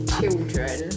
children